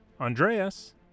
Andreas